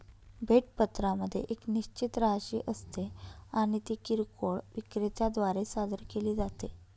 भेट पत्रामध्ये एक निश्चित राशी असते आणि ती किरकोळ विक्रेत्या द्वारे सादर केली जाते